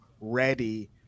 ready